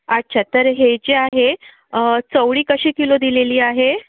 अच्छा तर हे जे आहे चवळी कशी किलो दिलेली आहे